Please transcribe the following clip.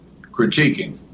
critiquing